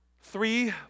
Three